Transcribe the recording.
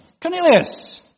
Cornelius